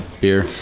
Beer